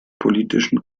politischen